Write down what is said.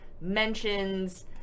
mentions